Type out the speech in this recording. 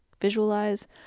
visualize